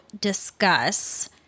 discuss